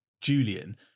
Julian